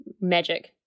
magic